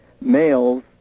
males